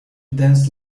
danced